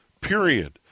period